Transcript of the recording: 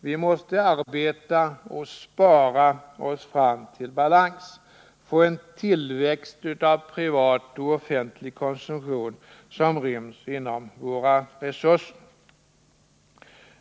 Vi måste arbeta och spara oss fram till balans, få en tillväxt av privat och offentlig konsumtion som ryms inom våra resurser.